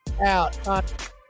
out